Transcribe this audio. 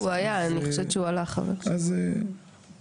אני מדבר על אנשים עם מוגבלות,